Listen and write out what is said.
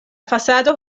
fasado